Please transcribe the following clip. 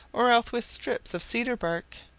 or else with strips of cedar-bark.